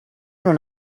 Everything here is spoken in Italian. non